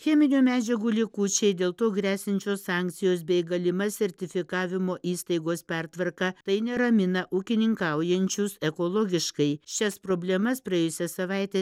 cheminių medžiagų likučiai dėl to gresiančios sankcijos bei galima sertifikavimo įstaigos pertvarka tai neramina ūkininkaujančiuosius ekologiškai šias problemas praėjusią savaitę